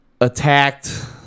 attacked